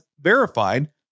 verified